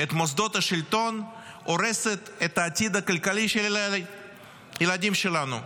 את מוסדות השלטון הורסת את העתיד הכלכלי של הילדים שלנו.